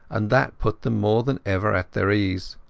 and that put them more than ever at their ease.